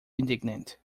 indignant